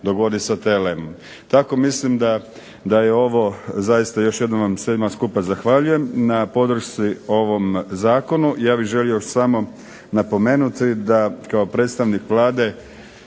dogodi sa TLM. Tako da mislim da je ovo još zaista se svima skupa zahvaljujem na podršci ovom zakonu. Ja bih želio još samo napomenuti da kao predstavnik Vlade